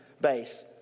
base